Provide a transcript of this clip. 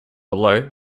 below